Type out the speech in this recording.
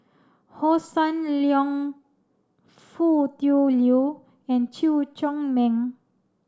Hossan Leong Foo Tui Liew and Chew Chor Lin